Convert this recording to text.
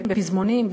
בפזמונים,